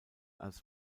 als